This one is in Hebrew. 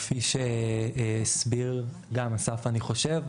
כפי שהסביר גם אסף אני חושב,